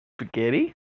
Spaghetti